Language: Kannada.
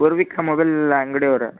ಪೂರ್ವಿಕ ಮೊಬೈಲ್ ಅಂಗ್ಡಿಯವ್ರ